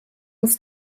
uns